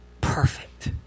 Perfect